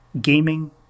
gaming